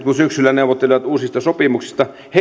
kun syksyllä neuvottelevat uusista sopimuksista